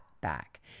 back